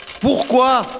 Pourquoi